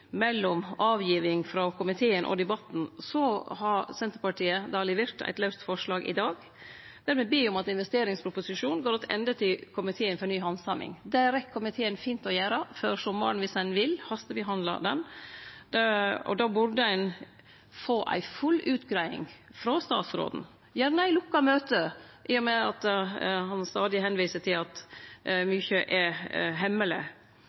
mellom framlegging frå komiteen og debatten, har Senterpartiet levert eit laust forslag i dag der me ber om at investeringsproposisjonen går attende til komiteen for ny handsaming. Det rekk komiteen fint å gjere før sommaren om ein vil hastebehandle han. Då burde ein få ei full utgreiing frå statsråden, gjerne i lukka møte, i og med at han stadig viser til at mykje er hemmeleg.